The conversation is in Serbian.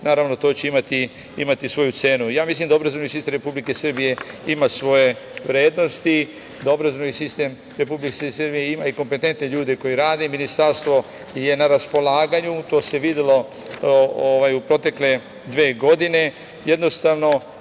naravno to će imati svoju cenu. Mislim da obrazovni sistem Republike Srbije ima svoje vrednosti, da obrazovni sistem Republike Srbije ima i kompetentne ljude koji rade i Ministarstvo je na raspolaganju, to se videlo u protekle dve godine.